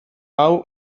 hau